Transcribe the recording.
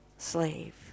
Slave